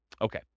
Okay